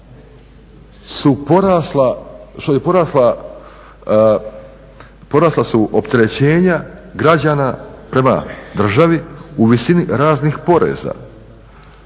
su porasla, što je porasla, porasla su opterećenja građana prema državi u visini raznih poreza,